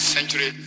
century